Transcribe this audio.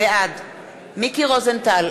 בעד מיקי רוזנטל,